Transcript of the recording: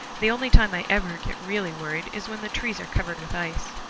the only time i ever get really worried is when the trees are covered with ice.